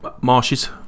marshes